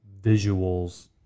visuals